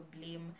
blame